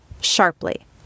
sharply